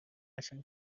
قشنگ